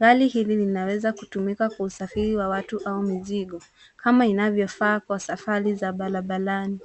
Gari hili linaweza kutumika kwa usafiri wa watu au mizigo kama inavyofaa kwa safari za barabarani.